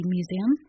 Museum